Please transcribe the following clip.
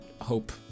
hope